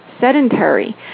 sedentary